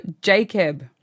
Jacob